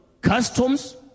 customs